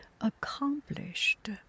accomplished